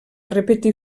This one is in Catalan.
repetir